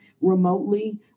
remotely